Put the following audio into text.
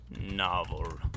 Novel